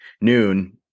noon